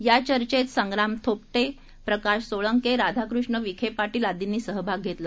या चर्चेत संग्राम थोपटे प्रकाश सोळंके राधाकृष्ण विखे पाटील आदींनी सहभाग घेतला